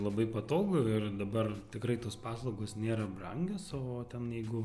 labai patogu ir dabar tikrai tos paslaugos nėra brangios o ten jeigu